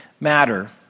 matter